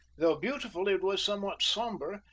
though beautiful, it was somewhat somber,